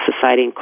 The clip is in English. society